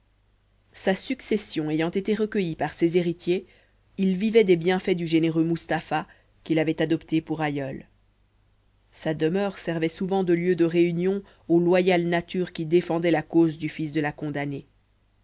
sa succession ayant été recueillie par ses héritiers il vivait des bienfaits du généreux mustapha qui l'avait adopté pour aïeul sa demeure servait souvent de lieu de réunion aux loyales natures qui défendaient la cause du fils de la condamnée